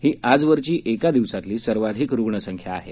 ही आजवरची एका दिवसातली सर्वाधिक रुग्णसंख्या आहे